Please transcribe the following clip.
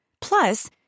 Plus